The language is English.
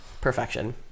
Perfection